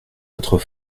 votre